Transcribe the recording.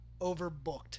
overbooked